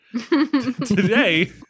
Today